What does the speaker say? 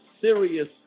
serious